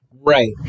right